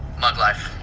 mug life.